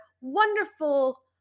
wonderful